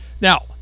now